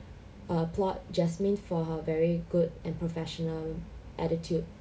applaud jasmine for her very good and professional attitude